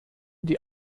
die